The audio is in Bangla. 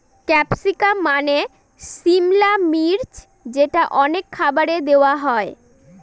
ক্যাপসিকাম মানে সিমলা মির্চ যেটা অনেক খাবারে দেওয়া হয়